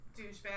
douchebag